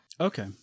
Okay